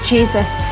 Jesus